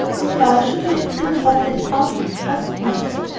and why should you have been the one left out? asked margaret.